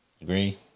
Agree